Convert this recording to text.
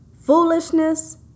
foolishness